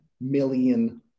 million